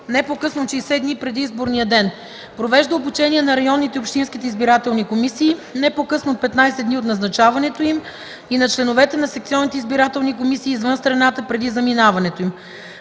не по-късно от 60 дни преди изборния ден; провежда обучение на районните и общинските избирателни комисии не по-късно от 15 дни от назначаването им и на членовете на секционните избирателни комисии извън страната преди заминаването им;”